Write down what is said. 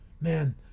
Man